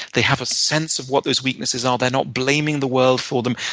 they have a sense of what those weaknesses are. they're not blaming the world for them.